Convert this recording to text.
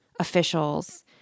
Officials